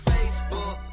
Facebook